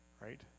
Right